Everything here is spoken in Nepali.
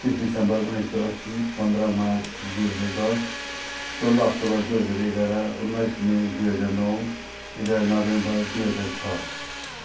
पच्चिस डिसेम्बर उन्नाइस सय असी पन्ध्र मार्च दुई हजार दस सोह्र अक्टोबर दुई हजार एघार उन्नाइस मे दुई हजार नौ एघार नोभेम्बर दुई हजार छ